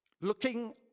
looking